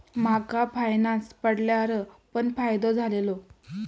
माका फायनांस पडल्यार पण फायदो झालेलो